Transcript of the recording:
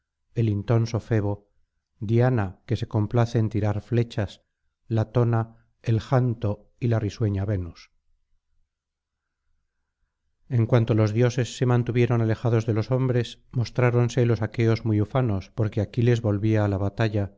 el intonso febo diana que se complace en tirar flechas latona el janto y la risueña venus en cuanto los dioses se mantuvieron alejados de los hombres mostráronse los aqueos muy ufanos porque aquiles volvía á la batalla